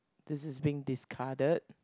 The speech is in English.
this is being discarded